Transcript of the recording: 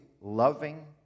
loving